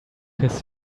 his